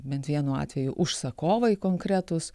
bent vienu atveju užsakovai konkretūs